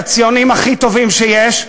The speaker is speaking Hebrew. הציונים הכי טובים שיש,